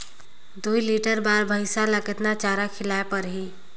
दुई लीटर बार भइंसिया ला कतना चारा खिलाय परही?